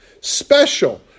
special